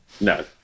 No